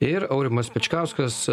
ir aurimas pečkauskas